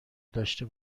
داشته